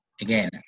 again